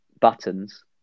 buttons